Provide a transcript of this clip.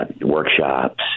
workshops